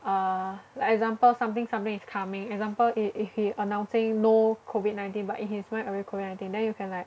uh like example something something is coming example if if he announcing no COVID nineteen but in his mind already COVID nineteen then you can like